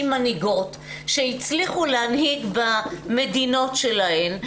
מנהיגות שהצליחו להנהיג במדינות שלהן,